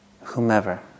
whomever